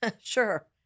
sure